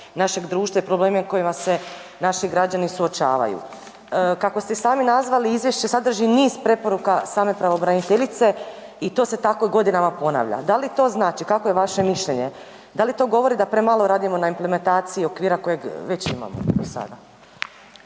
našeg društva i probleme u kojima se naši građani suočavaju. Kako ste i sami nazvali izvješće sadrži niz preporuka same pravobraniteljice i to se tako godinama ponavlja. Da li to znači, kakvo je vaše mišljenje, da li to govori da premalo radimo na implementaciji okvira kojeg već imamo do sada?